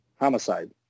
homicide